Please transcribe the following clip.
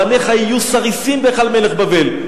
בניך יהיו סריסים בהיכל מלך בבל.